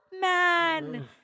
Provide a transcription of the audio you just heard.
man